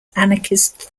anarchist